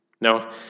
Now